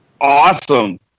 Awesome